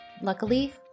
Luckily